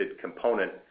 component